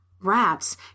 Rats